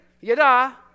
Yada